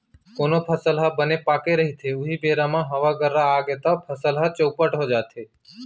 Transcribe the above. कोनो फसल ह बने पाके रहिथे उहीं बेरा म हवा गर्रा आगे तव फसल ह चउपट हो जाथे